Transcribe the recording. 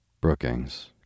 Brookings